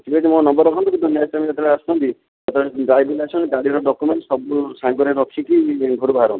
ଠିକ୍ ଅଛି ମୋ ନମ୍ବର୍ ରଖନ୍ତୁ କିନ୍ତୁ ନେକ୍ସଟ୍ ଟାଇମ୍ ଯେତେବେଳେ ଆସୁଛନ୍ତି ସେତେବେଳେ ଡ୍ରାଇଭିଂ ଲାଇସେନ୍ସ ଗାଡ଼ିର ଡକ୍ୟୁମେଣ୍ଟ୍ ସବୁ ସାଙ୍ଗରେ ରଖିକି ଘରୁ ବାହାରନ୍ତୁ